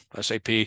SAP